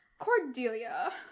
cordelia